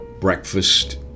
breakfast